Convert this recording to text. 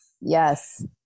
Yes